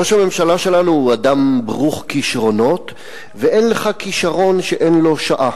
ראש הממשלה שלנו הוא אדם ברוך כשרונות ואין לך כשרון שאין לו שעה.